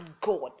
God